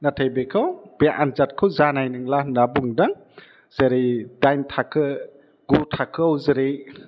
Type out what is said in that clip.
नाथाइ बेखौ बे आन्जादखौ जानाय नंला होन्ना बुंदों जेरै डाइन थाखो गु थाखोआव जेरै